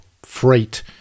freight